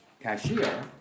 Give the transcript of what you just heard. cashier